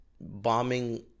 bombing